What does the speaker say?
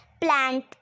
plant